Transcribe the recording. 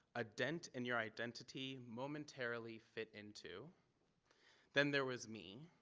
a dent in your identity momentarily fit into then there was me